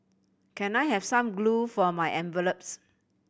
can I have some glue for my envelopes